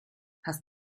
hast